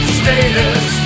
status